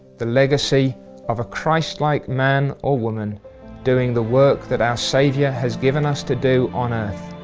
the legacy of a christ like man or woman doing the work that our saviour has given us to do on earth,